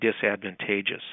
disadvantageous